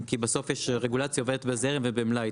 רגולציה עובדת בזרם ובמלאי.